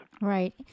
Right